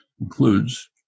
includes